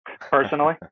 personally